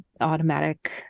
automatic